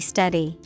Study